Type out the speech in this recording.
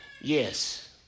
yes